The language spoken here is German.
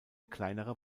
kleinere